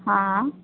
हां